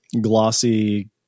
glossy